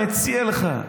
מציע לך,